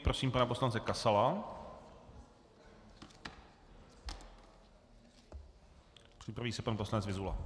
Prosím pana poslance Kasala, připraví se pan poslanec Vyzula.